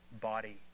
body